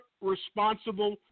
responsible